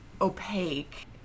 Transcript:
opaque